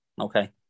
okay